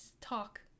Talk